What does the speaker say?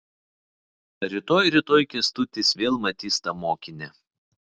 rytoj rytoj kęstutis vėl matys tą mokinę